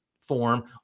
form